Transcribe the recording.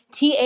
TA